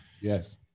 Yes